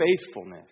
faithfulness